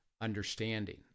understanding